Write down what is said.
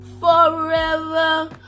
forever